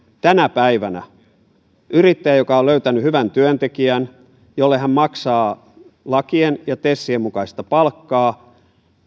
tänä päivänä on niin että jos yrittäjä joka on löytänyt hyvän työntekijän jolle hän maksaa lakien ja tesien mukaista palkkaa